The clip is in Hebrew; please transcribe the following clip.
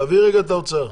רועי חן.